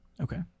Okay